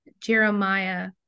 Jeremiah